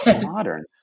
Modern